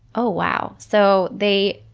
oh, wow. so they.